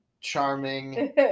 charming